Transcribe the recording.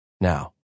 now